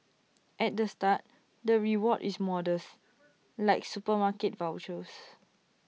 at the start the reward is modest like supermarket vouchers